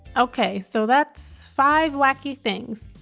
okay so that's five wacky things.